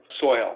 soil